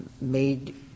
made